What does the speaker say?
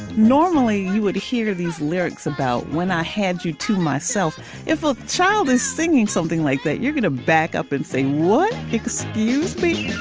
normally you would hear these lyrics about when i had you to myself if a child is singing something like that you're going to back up and say what. excuse me.